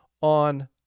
On